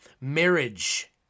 marriage